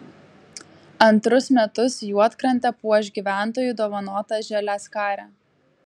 antrus metus juodkrantę puoš gyventojų dovanota žaliaskarė